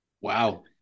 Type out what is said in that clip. Wow